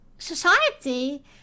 society